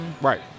Right